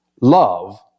love